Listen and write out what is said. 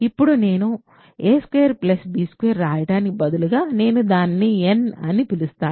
ఇప్పుడు నేను a2b2 రాయడానికి బదులుగా నేను దానిని n అని పిలుస్తాను